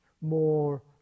more